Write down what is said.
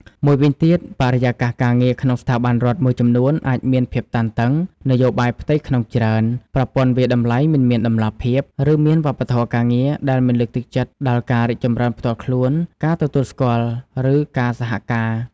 មួយវិញទៀតបរិយាកាសការងារក្នុងស្ថាប័នរដ្ឋមួយចំនួនអាចមានភាពតានតឹង នយោបាយផ្ទៃក្នុងច្រើន ប្រព័ន្ធវាយតម្លៃមិនមានតម្លាភាព ឬមានវប្បធម៌ការងារដែលមិនលើកទឹកចិត្តដល់ការរីកចម្រើនផ្ទាល់ខ្លួន ការទទួលស្គាល់ ឬការសហការ។